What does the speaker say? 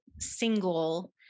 single